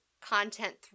content